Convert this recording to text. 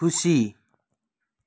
खुसी